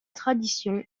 tradition